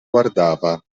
guardava